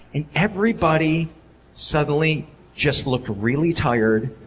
and everybody suddenly just looked really tired,